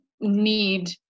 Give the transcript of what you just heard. need